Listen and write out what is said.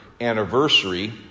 anniversary